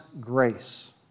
grace